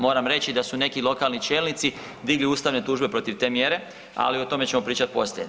Moram reći da su neki lokalni čelnici digli ustavne tužbe protiv te mjere, ali o tome ćemo pričati poslije.